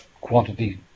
quantity